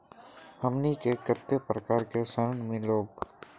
हमनी के कते प्रकार के ऋण मीलोब?